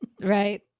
right